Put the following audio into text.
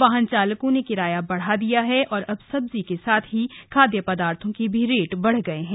वाहन चालकों ने किराया बढ़ा दिया है और अब सब्जी के साथ खाद्यय पदार्थो के रेट भी बढ़ गए हैं